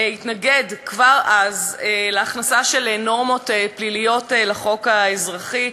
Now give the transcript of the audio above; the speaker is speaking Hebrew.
התנגד כבר אז להכנסה של נורמות פליליות לחוק האזרחי,